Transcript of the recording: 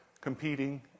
competing